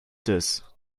this